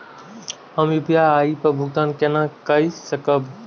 हम यू.पी.आई पर भुगतान केना कई सकब?